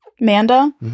Manda